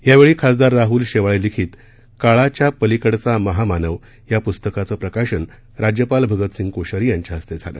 या वेळी खासदार राहूल शेवाळे लिखित काळाच्या पलिकडचा महामानव या प्रस्तकाचं प्रकाशन राज्यपाल भगत सिंग कोश्यारी यांच्या हस्ते झालं